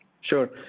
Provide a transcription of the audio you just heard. Sure